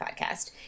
podcast